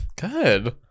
Good